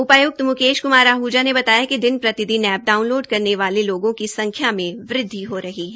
उपाय्क्त म्केश क्मार आहजा ने बताया कि दिन प्रतिदिन एप्प डाउनलोड करने वाले लोगों की संख्या में वृद्वि हो रही है